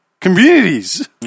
communities